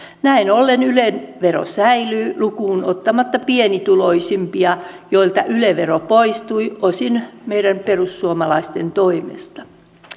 näin ollen yle vero säilyy lukuun ottamatta pienituloisimpia joilta yle vero poistui osin meidän perussuomalaisten toimesta